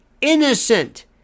innocent